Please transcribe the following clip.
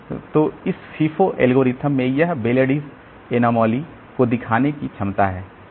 तो इस FIFO algorithm में यह बेलेडीस अनामलीज़Belady's anomaly को दिखाने की क्षमता है